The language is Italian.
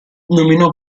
nominò